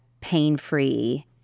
pain-free